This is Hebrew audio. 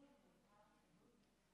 חבר הכנסת יוסף טייב תומך,